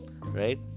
right